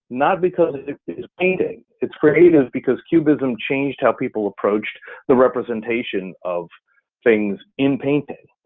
not because it is painting, it's creative because cubism changed how people approached the representation of things in paintings.